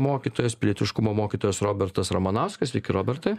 mokytojas pilietiškumo mokytojas robertas ramanauskas sveiki robertai